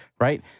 right